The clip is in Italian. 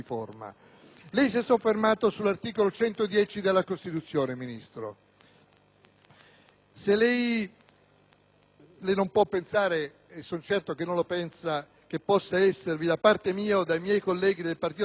Non può pensare - e sono certo che non lo pensa - che possa esservi da parte mia o dei miei colleghi del Partito Democratico una sola riserva